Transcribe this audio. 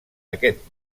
aquest